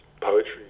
poetry